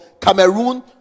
cameroon